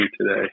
today